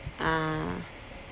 ah